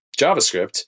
JavaScript